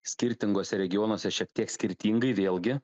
skirtinguose regionuose šiek tiek skirtingai vėlgi